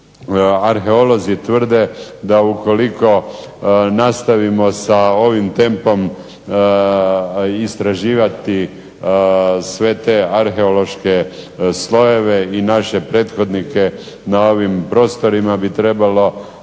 arheolozi tvrde da ukoliko nastavimo sa ovim tempom istraživati sve te arheološke slojeve i naše prethodnike na ovim prostorima bi trebalo